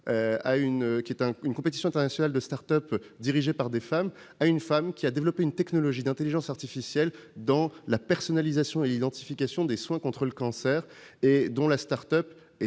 d'une compétition internationale de start-up dirigées par des femmes. La lauréate avait développé une technologie d'intelligence artificielle dans la personnalisation et l'identification de soins contre le cancer. Sa start-up